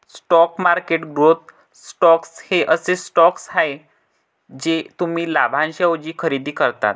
stock market growth stocks हे असे stocks आहेत जे तुम्ही लाभांशाऐवजी खरेदी करता